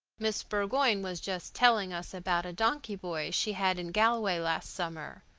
miss burgoyne was just telling us about a donkey-boy she had in galway last summer,